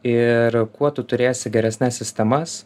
ir kuo tu turėsi geresnes sistemas